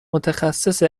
متخصص